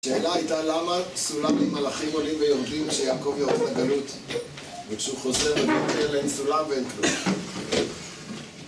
השאלה הייתה למה סולם עם מלאכים עולים ויורדים כשיעקב יורף לגלות וכשהוא חוזר ומתחיל אין סולם ואין כלום